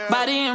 Body